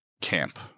Camp